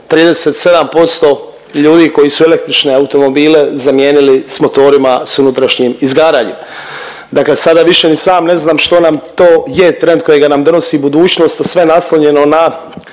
37% ljudi koji su električne automobile zamijenili s motorima s unutrašnjim izgaranjem. Dakle, sada više ni sam ne znam što nam to je trend kojega nam donosi budućnost, a sve naslonjeno na